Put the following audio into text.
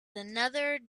another